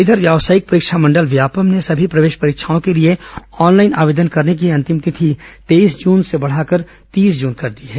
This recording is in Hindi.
इधर व्यावसायिक परीक्षा मंडल व्यापमं ने सभी प्रवेश परीक्षाओं के लिए ऑनलाइन आवेदन करने की अंतिम तिथि तेईस जून से बढ़ाकर तीस जून कर दी है